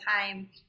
time